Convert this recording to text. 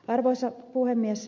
arvoisa puhemies